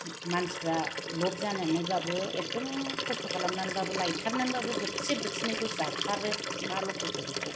मानसिफ्रा लब जानानैब्लाबो एकदम खस्थ' खालामनानैब्लाबो लायथारनानैब्लाबो बोथिसे बोथिनैखौ जाथारो ना लकेल खौ बेखौ